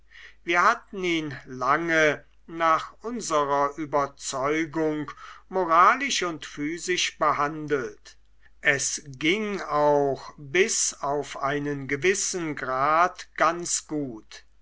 wir hatten ihn lange nach unserer überzeugung moralisch und physisch behandelt es ging auch bis auf einen gewissen grad ganz gut